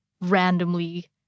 randomly